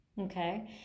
Okay